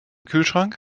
kühlschrank